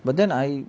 but then I